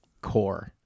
Core